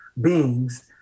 beings